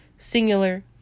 singular